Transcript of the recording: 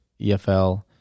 EFL